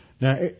Now